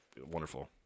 Wonderful